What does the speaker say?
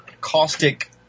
caustic